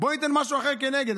בוא ניתן משהו אחר כנגד.